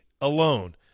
alone